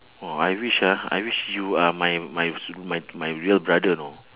!wah! I wish ah I wish you are my my my my real brother you know